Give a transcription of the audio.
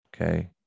Okay